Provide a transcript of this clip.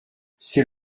c’est